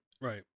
right